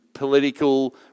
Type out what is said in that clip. political